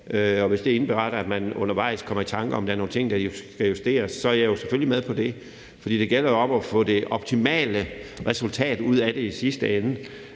Og hvis det indbefatter, at man undervejs kommer i tanker om, at der er nogle ting, der skal justeres, er jeg jo selvfølgelig med på det. For det gælder om at få det optimale resultat ud af det i sidste ende,